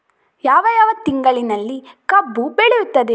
ಯಾವ ಯಾವ ತಿಂಗಳಿನಲ್ಲಿ ಕಬ್ಬು ಬೆಳೆಯುತ್ತದೆ?